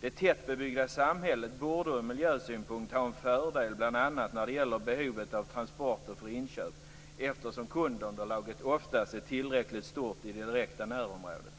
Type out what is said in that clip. Det tätbebyggda samhället borde ur miljösynpunkt ha en fördel bl.a. när det gäller behovet av transporter för inköp, eftersom kundunderlaget oftast är tillräckligt stort i det direkta närområdet.